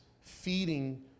feeding